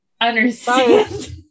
understand